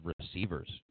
receivers